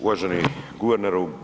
Uvaženi guverneru.